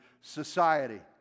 society